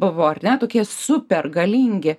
buvo ar ne tokie super galingi